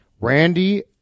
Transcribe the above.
Randy